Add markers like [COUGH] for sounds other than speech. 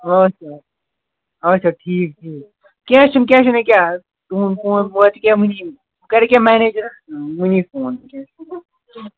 [UNINTELLIGIBLE] آچھا ٹھیٖک ٹھیٖک کیٚںٛہہ چھُنہٕ کیٚنٛہہ چھُنہٕ ییٚکیٛاہ حظ تُہُنٛد فون واتہِ ییٚکیٛاہ وٕنی بہٕ کَر ییٚکیٛاہ مٮ۪نیجَرَس وٕنی فون [UNINTELLIGIBLE]